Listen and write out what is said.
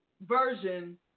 version